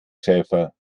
schäfer